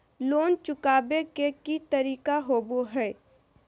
Loan चुकाबे के की तरीका होबो हइ?